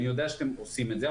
אני יודע שאתם עושים את זה,